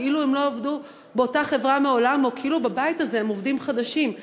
כאילו הם לא עבדו באותה חברה מעולם או כאילו בבית הזה הם עובדים חדשים.